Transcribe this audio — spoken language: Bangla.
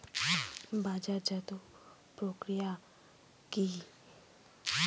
বাজারজাতও প্রক্রিয়া কি?